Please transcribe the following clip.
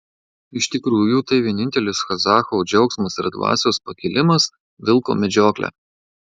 iš tikrųjų tai vienintelis kazacho džiaugsmas ir dvasios pakilimas vilko medžioklė